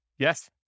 Yes